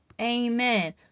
Amen